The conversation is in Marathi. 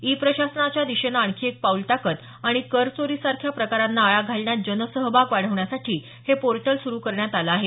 ई प्रशासनाच्या दिशेनं आणखी एक पाऊल टाकत आणि करचोरीसारख्या प्रकारांना आळा घालण्यात जनसहभाग वाढवण्यासाठी हे पोर्टल सुरु करण्यात आलं आहे